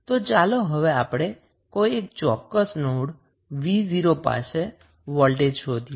તો ચાલો હવે આપણે કોઈ એક ચોક્કસ નોડ 𝑣0 પાસે વોલ્ટેજ શોધીએ